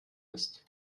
ist